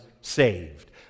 saved